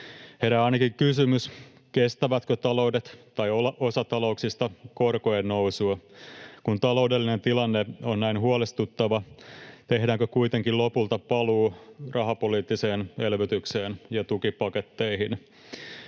Herää ainakin kysymys: Kestävätkö taloudet tai osa talouksista korkojen nousua? Kun taloudellinen tilanne on näin huolestuttava, tehdäänkö kuitenkin lopulta paluu rahapoliittiseen elvytykseen ja tukipaketteihin?